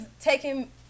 taking